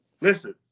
Listen